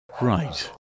Right